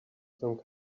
some